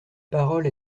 parole